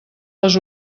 les